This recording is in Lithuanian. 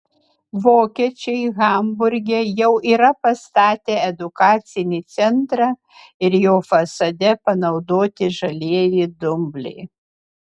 vokiečiai hamburge jau yra pastatę edukacinį centrą ir jo fasade panaudoti žalieji dumbliai